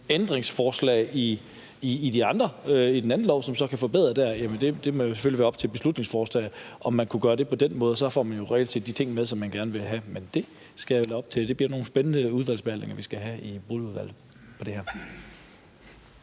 ændringsforslag i den anden lov, som man så kan forbedre der, må jo selvfølgelig være op til forslagsstillerne, altså om man kunne gøre det på den måde. Så får man jo reddet de ting med, som man gerne vil have. Men det skal jeg lade være op til dem. Det bliver nogle spændende udvalgsbehandlinger, vi skal have i Boligudvalget om det her.